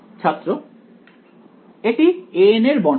ছাত্র এটি an এর বর্ণনা